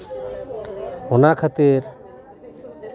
ᱚᱱᱟ ᱠᱷᱟᱹᱛᱤᱨ